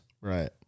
Right